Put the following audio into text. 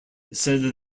said